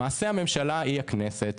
למעשה, הממשלה היא הכנסת.